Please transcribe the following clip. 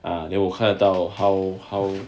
啊 then 我看到 how how